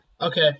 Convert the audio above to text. Okay